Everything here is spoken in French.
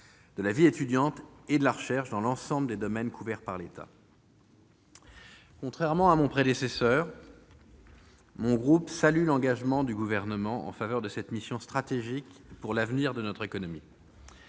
de la vie étudiante et de la recherche dans l'ensemble des domaines couverts par l'État. Contrairement à l'orateur précédent, mon groupe salue l'engagement du Gouvernement en faveur de cette mission stratégique pour l'avenir de notre économie.